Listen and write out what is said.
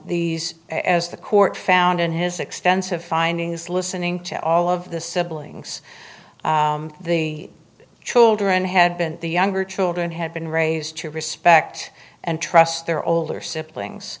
these as the court found in his extensive findings listening to all of the siblings the children had been the younger children had been raised to respect and trust their older siblings